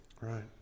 Right